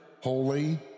holy